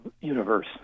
universe